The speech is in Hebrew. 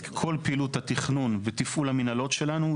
את כל פעילות התכנון ותפעול המנהלות שלנו,